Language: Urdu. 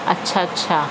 اچھا اچھا